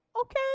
okay